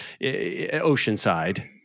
Oceanside